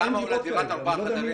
כמה עולה דירת 4 חדרים?